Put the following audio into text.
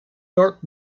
york